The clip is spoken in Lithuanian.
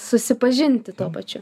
susipažinti tuo pačiu